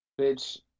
bitch